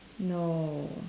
no